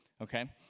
okay